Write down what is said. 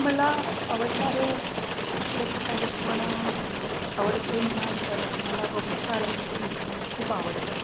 मला आवडणारे खूप लेखक आहेत पण आवडते म्हणाल तर मला वपू काळेंचं लिखाण खूप आवडतं